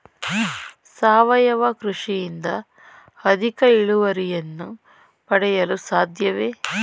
ಸಾವಯವ ಕೃಷಿಯಿಂದ ಅಧಿಕ ಇಳುವರಿಯನ್ನು ಪಡೆಯಲು ಸಾಧ್ಯವೇ?